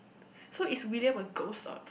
so if William will ghost out